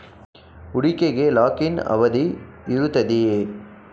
ಹೂಡಿಕೆಗೆ lock in ಅವಧಿ ಇರುತ್ತದೆಯೇ?